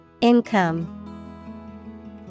Income